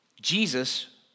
Jesus